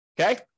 Okay